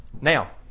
Now